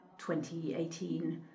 2018